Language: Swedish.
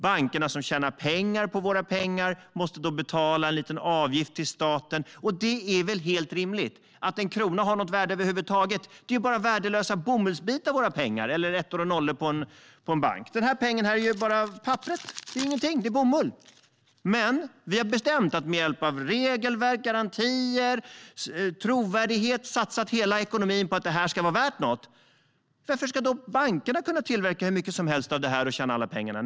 Bankerna som tjänar pengar på våra pengar måste då betala en liten avgift till staten, och det är väl helt rimligt att en krona har ett värde över huvud taget. Våra pengar är bara värdelösa bomullsbitar eller ettor och nollor på en bank. En sedel är bara papper - det är inte värt någonting. Men med hjälp av regelverk, garantier och trovärdighet har vi satsat hela ekonomin på att pengar ska vara värda något. Varför ska bankerna kunna skapa hur mycket värde som helst och tjäna alla pengarna?